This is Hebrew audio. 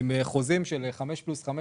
עם חוזים של חמש פלוס חמש,